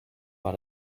war